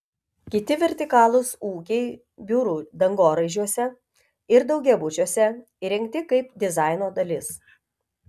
kiti vertikalūs ūkiai biurų dangoraižiuose ir daugiabučiuose įrengti kaip dizaino dalis